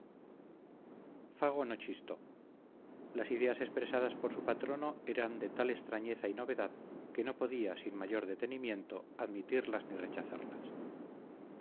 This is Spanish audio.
fago no chistó las ideas expresadas por su patrono eran de tal extrañeza y novedad que no podía sin mayor detenimiento admitirlas ni rechazarlas